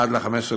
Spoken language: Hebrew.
עד 15 באוגוסט.